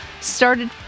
started